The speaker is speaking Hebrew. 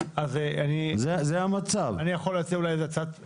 אם אפשר, אני יכול להציע הצעת ביניים.